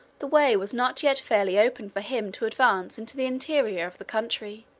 the way was not yet fairly open for him to advance into the interior of the country.